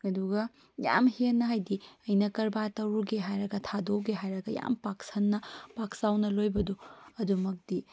ꯑꯗꯨꯒ ꯌꯥꯝ ꯍꯦꯟꯅ ꯍꯥꯏꯗꯤ ꯑꯩꯅ ꯀꯥꯔꯕꯥꯔ ꯇꯧꯔꯨꯒꯦ ꯍꯥꯏꯔꯒ ꯊꯥꯗꯣꯑꯒꯦ ꯍꯥꯏꯔꯒ ꯌꯥꯝ ꯄꯥꯛꯁꯟꯅ ꯄꯥꯛ ꯆꯥꯎꯅ ꯂꯣꯏꯕꯗꯣ ꯑꯗꯨꯃꯛꯇꯤ